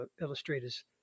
illustrators